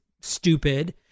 stupid